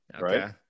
right